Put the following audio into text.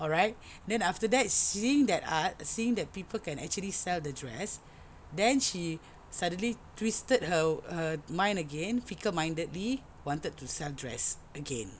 alright then after that seeing that art seeing that people can actually sell the dress then she suddenly twisted her her mind again fickle-mindedly wanted to sell dress again